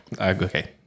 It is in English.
Okay